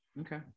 Okay